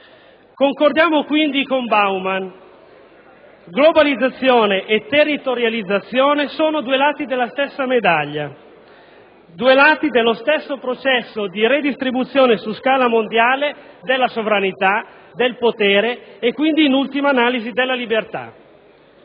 Concordiamo quindi con Baumann: globalizzazione e territorializzazione sono due lati della stessa medaglia, due elementi dello stesso processo di redistribuzione su scala mondiale della sovranità, del potere e quindi, in ultima analisi, della libertà.